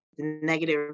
Negative